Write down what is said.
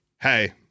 Hey